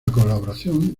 colaboración